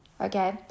Okay